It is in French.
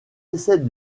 essais